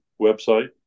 website